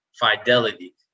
Fidelity